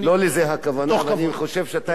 אני חושב שאתה הבנת וכולם הבינו מה הכוונה.